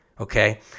Okay